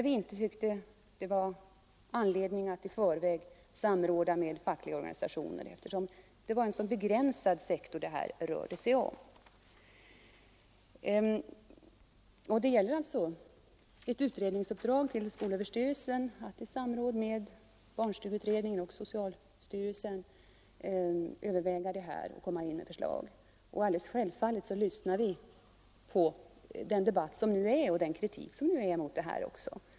Vi tyckte inte det fanns anledning att i förväg samråda med fackliga organisationer, eftersom det var fråga om en så begränsad sektor. Skolöverstyrelsen skall i samråd med barnstugeutredningen och socialstyrelsen överväga frågan och komma med förslag. Självfallet lyssnar vi på den debatt och den kritik som nu framförs.